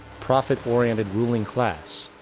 profit oriented ruling class,